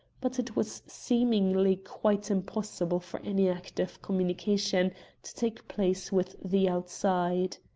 but it was seemingly quite impossible for any active communication to take place with the outside.